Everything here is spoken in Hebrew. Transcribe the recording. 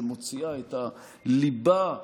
שמוציאה את הליבה,